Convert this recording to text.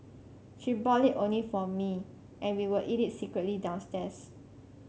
she bought it only for me and we would eat it secretly downstairs